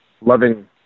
loving